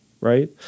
right